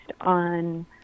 on